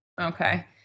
Okay